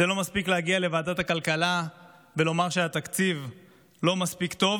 זה לא מספיק להגיע לוועדת הכלכלה ולומר שהתקציב לא מספיק טוב.